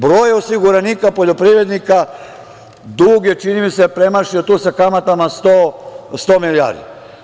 Broj osiguranika poljoprivrednika, dug je premašio tu sa kamatama 100 milijardi.